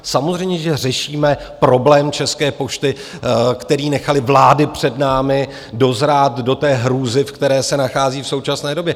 Samozřejmě, že řešíme problém České pošty, který nechaly vlády před námi dozrát do té hrůzy, v které se nachází v současné době.